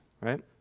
right